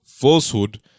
falsehood